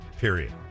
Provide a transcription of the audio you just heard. period